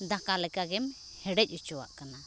ᱫᱟᱠᱟ ᱞᱮᱠᱟᱜᱮᱢ ᱦᱮᱰᱮᱡ ᱚᱪᱚᱮᱣᱟᱜ ᱠᱟᱱᱟ